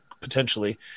potentially